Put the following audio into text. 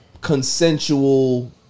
consensual